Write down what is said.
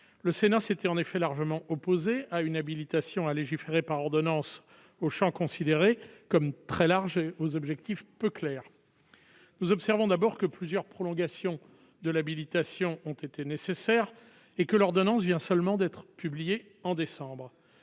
le Sénat s'était en effet largement opposée à une habilitation à légiférer par ordonnances au Champ, considéré comme très large aux objectifs peu clairs, nous observons d'abord que plusieurs prolongations de l'habilitation ont été nécessaires et que l'ordonnance vient seulement d'être publié en décembre